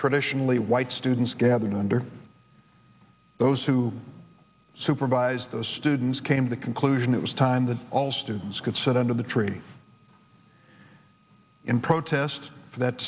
traditionally white students gathered under those who supervised those students came to conclusion it was time that all students could sit under the tree in protest